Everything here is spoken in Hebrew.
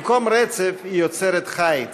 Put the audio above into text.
במקום רצף היא יוצרת חיץ.